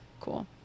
cool